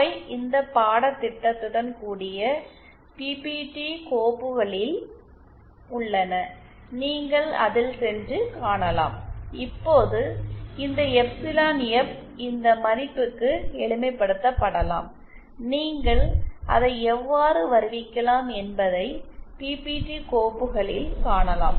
அவை இந்த பாடத்திட்டத்துடன் கூடிய பிபிடி கோப்புகளில் உள்ளன நீங்கள் அதில் சென்று காணலாம் இப்போது இந்த எப்சிலன் எஃப் இந்த மதிப்புக்கு எளிமைப்படுத்தப்படலாம் நீங்கள் அதை எவ்வாறு வருவிக்கலாம் என்பதை பிபிடி கோப்புகளில் காணலாம்